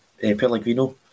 Pellegrino